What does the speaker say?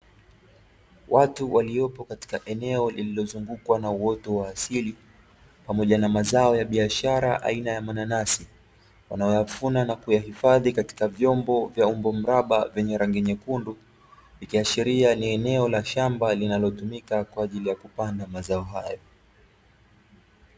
Watu waliopo katika eneo lililozungukwa na uoto wa asili pamoja na mazao ya biashara aina ya mananasi wanayoyavuna na kuyahifadhi katika vyombo vya umbo mraba vyenye rangi nyekundu, ikiashiria ni eneo la shamba linalotumika kwa ajili ya kupanda mazao hayo.